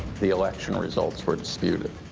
the election results were disputed.